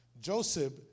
Joseph